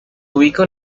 ubica